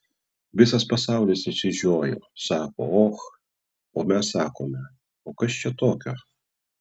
visas pasaulis išsižioja sako och o mes sakome o kas čia tokio